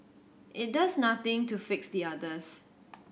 it does nothing to fix the others